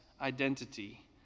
identity